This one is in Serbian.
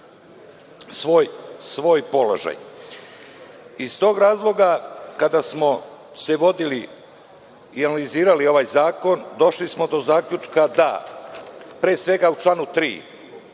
svoj položaj. Iz tog razloga, kada smo se vodili i analizirali ovaj zakon, došli smo do zaključka da se u članu 3.